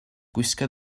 gwisga